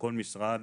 שכל משרד,